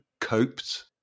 coped